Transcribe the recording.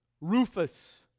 Rufus